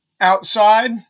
outside